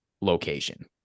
location